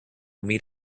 meet